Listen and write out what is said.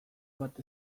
bat